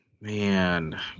Man